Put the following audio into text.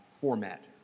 format